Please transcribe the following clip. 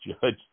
judge